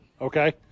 okay